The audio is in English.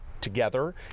together